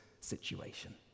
situation